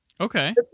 okay